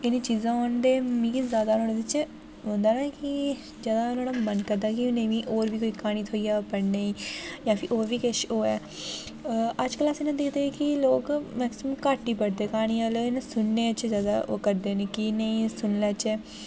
एह् चीज़ां मिगी जादा ओह्दे बिच ओह् होंदा ना कि जां ते नुहाड़ा मन करदा कि एह् नेहीं मिगी होर बी क्हानी थ्होई जा पढ़ने ई जां फ्ही होर बी किश होऐ अज्जकल अस दिक्खदे कि लोग मैक्सिम्म घट्ट ई पढ़दे क्हानियां सुनने च जेह्का ओह् करदे न कि नेईं सुन लैचै